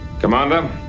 Commander